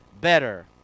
better